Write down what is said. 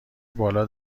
بالا